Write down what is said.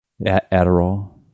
Adderall